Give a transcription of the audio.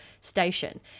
station